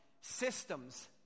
systems